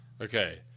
okay